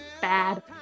Bad